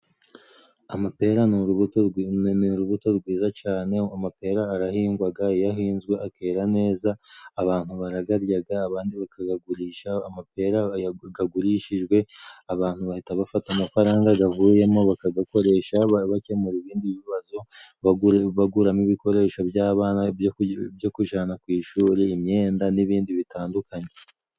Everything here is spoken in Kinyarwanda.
Amapera ni urubuto rwiza cane, amapera arahingwaga iyo ahinzwe akera neza abantu baragaryaga abandi bakagagurisha. Amapera kagurishijwe abantu bahita bafata amafaranga gavuyemo bakagakoresha bakemura ibindi bibazo baguramo ibikoresho by'abana byo kujana ku ishuri, imyenda n'ibindi bitandukanye.